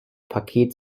paket